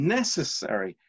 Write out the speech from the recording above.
necessary